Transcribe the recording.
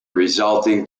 resulting